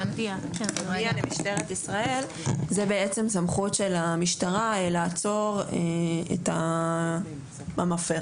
"הודיעה למשטרת ישראל" זה בעצם סמכות של המשטרה לעצור את המפר.